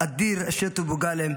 אדיר אישטו בוגלה,